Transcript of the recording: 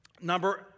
Number